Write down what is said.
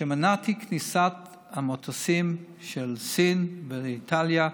את כניסת המטוסים של סין ואיטליה,